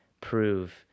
prove